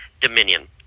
Dominion